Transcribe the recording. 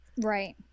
right